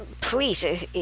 please